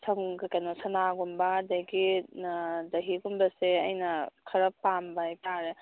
ꯀꯩꯅꯣ ꯁꯅꯥꯒꯨꯝꯕ ꯑꯗꯒꯤ ꯗꯍꯤꯒꯨꯝꯕꯁꯦ ꯑꯩꯅ ꯈꯔ ꯄꯥꯝꯕ ꯍꯥꯏꯕ ꯇꯥꯔꯦ